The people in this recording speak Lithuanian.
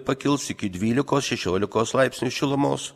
pakils iki dvylikos šešiolikos laipsnių šilumos